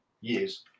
years